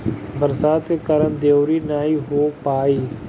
बरसात के कारण दँवरी नाइ हो पाई